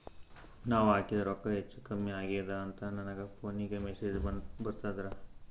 ನಾವ ಹಾಕಿದ ರೊಕ್ಕ ಹೆಚ್ಚು, ಕಮ್ಮಿ ಆಗೆದ ಅಂತ ನನ ಫೋನಿಗ ಮೆಸೇಜ್ ಬರ್ತದ?